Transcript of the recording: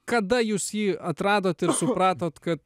kada jūs jį atradot ir supratot kad